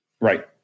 Right